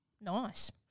Nice